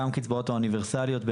גם הקצבאות האוניברסליות הן,